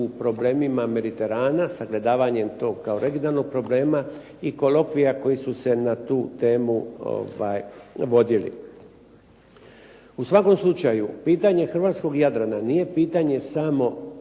u problemima Mediterana, sagledavanjem tog kao regionalnog problema i kolokvija koji su se na tu temu vodili. U svakom slučaju, pitanje hrvatskog Jadrana nije pitanje samo